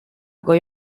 goi